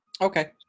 Okay